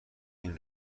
این